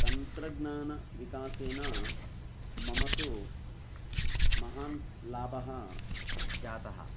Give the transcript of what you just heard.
तन्त्रज्ञानविकासेन मम तु महान् लाभः जातः